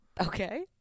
Okay